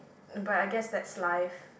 but I guess that's life